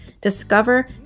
discover